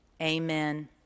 amen